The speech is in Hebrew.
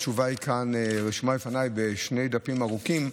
התשובה כאן רשומה לפניי בשני דפים ארוכים.